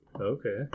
Okay